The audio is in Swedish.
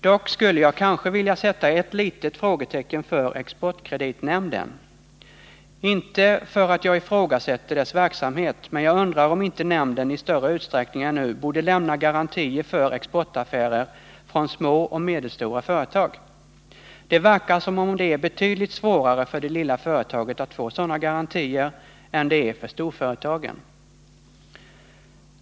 Dock skulle jag kanske vilja sätta ett litet frågetecken för exportkreditnämnden. Inte för att jag ifrågasätter dess verksamhet, men jag undrar om inte nämnden i större utsträckning än nu borde lämna garantier för exportaffärer från små och medelstora företag. Det verkar som om det är betydligt svårare för det lilla företaget att få sådana garantier än det är för storföretagen.